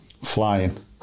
flying